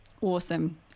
Awesome